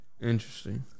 interesting